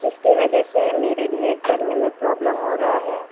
جس کی وجہ سے میرے نیٹ چلنے میں پرابلم ہو رہا ہے